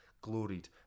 gloried